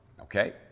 okay